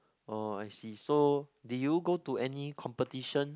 oh I see so did you go to any competition